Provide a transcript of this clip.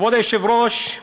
כבוד היושב-ראש,